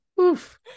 Oof